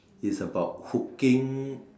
is about hooking